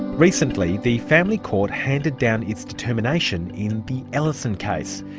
recently, the family court handed down its determination in the ellison case.